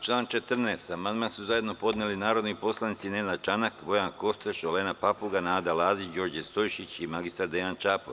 Na član 14. amandman su zajedno podneli narodni poslanici Nenad Čanak, Bojan Kostreš, Olena Papuga, Nada Lazić, Đorđe Stojšić i mr Dejan Čapo.